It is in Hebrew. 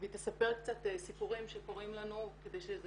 והיא תספר קצת סיפורים שקורים לנו כדי שזה